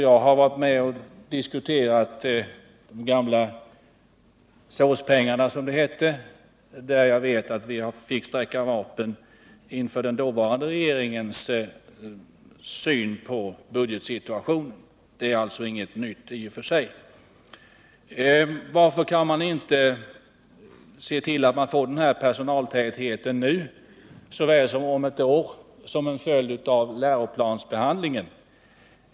Jag har deltagit i diskussioner beträffande de s.k. SÅS-pengarna, då vi måste sträcka vapen inför den dåvarande regeringens syn på budgetsituationen. Det är alltså inget nytt i och för sig. Varför går det inte att se till att man får den här personaltätheten nu i stället för om ett år som en följd av läroplansbehandlingen?